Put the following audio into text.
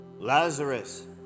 Lazarus